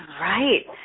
Right